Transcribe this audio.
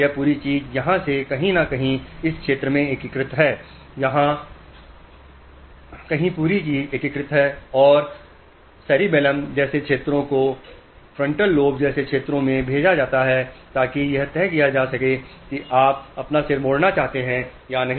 यह पूरी चीज़ यहाँ से कहीं न कहीं इस क्षेत्र में एकीकृत है यहाँ कहीं पूरी चीज़ एकीकृत है और सिरिबैलम जैसे क्षेत्रों को फ्रंटल लोब जैसे क्षेत्रों में भेजा जाता है ताकि यह तय किया जा सके कि आप अपना सिर मोड़ना चाहते हैं या नहीं